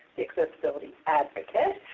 the accessibility advocate,